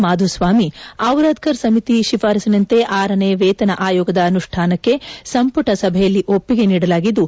ಮಾಧುಸ್ವಾಮಿ ದಿರಾದ್ಗರ್ ಸಮಿತಿ ಶಿಫಾರಸ್ಸಿನಂತೆ ಆರನೇ ವೇತನ ಆಯೋಗದ ಅನುಷ್ಠಾನಕ್ಷೆ ಸಂಪುಟ ಸಭೆಯಲ್ಲಿ ಒಪ್ಪಿಗೆ ನೀಡಲಾಗಿದ್ದು